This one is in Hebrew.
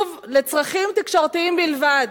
שוב, לצרכים תקשורתיים בלבד,